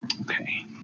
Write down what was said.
Okay